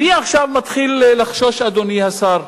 עכשיו אני מתחיל לחשוש, אדוני השר.